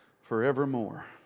forevermore